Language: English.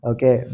Okay